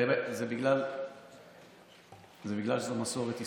בגלל שזו מסורת ישראל.